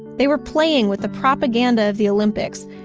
they were playing with the propaganda of the olympics,